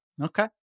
Okay